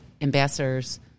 ambassadors